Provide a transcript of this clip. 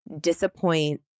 disappoint